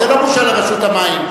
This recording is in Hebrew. זה לא בושה לרשות המים,